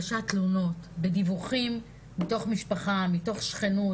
בהגשת תלונות, בדיווחים מתוך משפחה, מתוך שכנות?